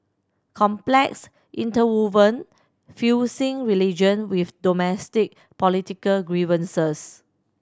complex interwoven fusing religion with domestic political grievances